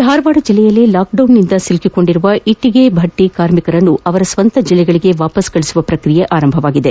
ಧಾರವಾಡ ಜಲ್ಲೆಯಲ್ಲಿ ಲಾಕ್ಡೌನ್ನಿಂದ ಸಿಲುಕಿಕೊಂಡಿರುವ ಇಟ್ಷಗೆ ಭಟ್ಟಿ ಕಾರ್ಮಿಕರನ್ನ ಅವರ ಸ್ವಂತ ಜಲ್ಲೆಗಳಗೆ ವಾಪಾಸ್ ಕಳುಹಿಸುವ ಪ್ರಕ್ರಿಯೆ ಆರಂಭಗೊಂಡಿದೆ